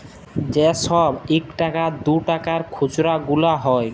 যে ছব ইকটাকা দুটাকার খুচরা গুলা হ্যয়